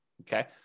Okay